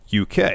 UK